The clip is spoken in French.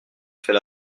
fait